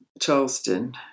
Charleston